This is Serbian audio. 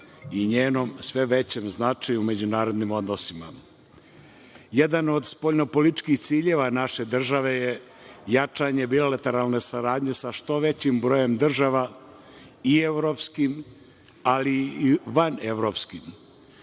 i njenom sve većem značaju u međunarodnim odnosima. Jedan od spoljnopolitičkih ciljeva naše države je jačanje bilateralne saradnje sa što većim brojem država i evropskim, ali i vanevropskim.